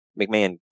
McMahon